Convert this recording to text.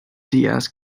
diaz